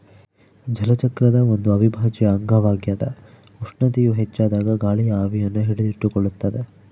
ಜಲಚಕ್ರದ ಒಂದು ಅವಿಭಾಜ್ಯ ಅಂಗವಾಗ್ಯದ ಉಷ್ಣತೆಯು ಹೆಚ್ಚಾದಾಗ ಗಾಳಿಯು ಆವಿಯನ್ನು ಹಿಡಿದಿಟ್ಟುಕೊಳ್ಳುತ್ತದ